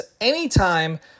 anytime